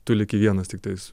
tu lieki vienas tiktais